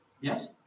Yes